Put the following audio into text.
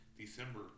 December